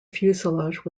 fuselage